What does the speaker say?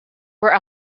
were